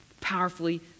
Powerfully